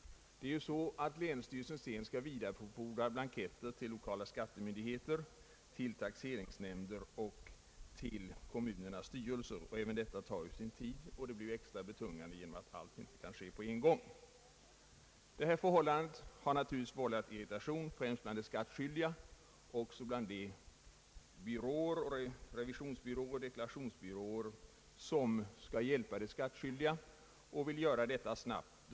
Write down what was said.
Det är ju så att länsstyrelserna skall vidarebefordra blanketter till lokala skattemyndigheter, taxeringsnämnder och kommunernas styrelser, hos vilka de skall tillhandahållas de skattskyldiga. Även detta distributionsarbete tar sin tid, och det blir extra betungande genom att allt inte kan ske på en gång. Det här förhållandet har naturligtvis vållat irritation främst bland de skattskyldiga men också bland de revisionsoch deklarationsbyråer som skall hjälpa de skattskyldiga och vill göra detta snarast möjligt.